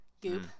Goop